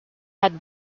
had